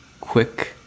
quick